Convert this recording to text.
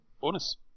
Bonus